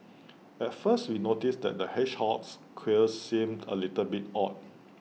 at first we noticed the hedgehog's quills seemed A little bit odd